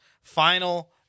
final